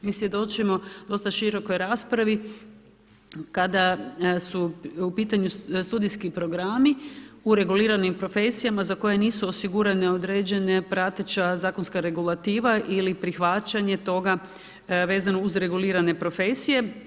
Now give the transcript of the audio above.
Mi svjedočimo dosta širokoj raspravi kada su u pitanju studijski programi u reguliranim profesijama za koje nisu osigurana određena prateća zakonska regulativa ili prihvaćanje toga vezano uz regulirane profesije.